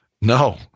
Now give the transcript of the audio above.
No